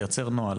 לייצר נוהל